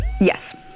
Yes